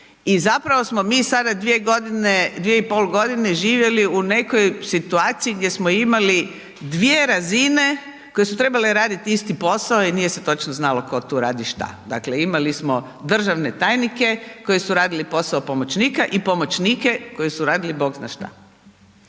i zapravo smo mi sada dvije i pol godine živjeli u nekoj situaciji gdje smo imali dvije razine koje su trebale raditi isti posao i nije se točno znalo tko tu radi šta. Dakle, imali smo državne tajnike koji su radili posao pomoćnika i pomoćnike koji su radili Bog zna šta,